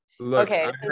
Okay